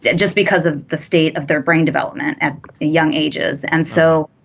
just because of the state of their brain development at young ages and so.